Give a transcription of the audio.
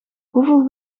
hoeveel